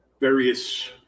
various